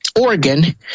Oregon